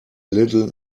little